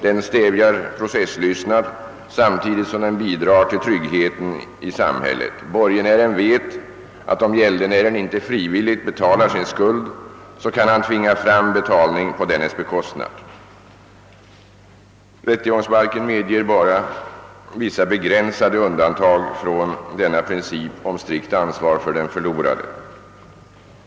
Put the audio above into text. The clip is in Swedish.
Den stävjar processlystnaden samtidigt som den bidrar till tryggheten i samhället. Borgenären vet att om gäldenären inte frivilligt betalar sin skuld, så kan han tvinga fram betalning på dennes bekostnad. Rättegångsbalken medger endast vissa begränsade undantag från principen om strikt ansvar för den förlorande.